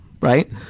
right